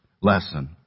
lesson